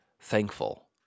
thankful